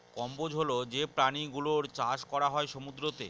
কম্বোজ হল যে প্রাণী গুলোর চাষ করা হয় সমুদ্রতে